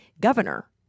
governor